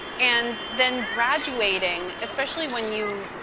and then graduating, especially when you,